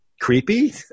creepy